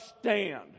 stand